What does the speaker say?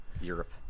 Europe